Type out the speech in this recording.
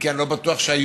אם כי אני לא בטוח שהיו